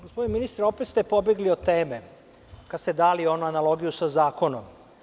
Gospodine ministre, opet ste pobegli od teme kada ste dali onu analogiju sa zakonom.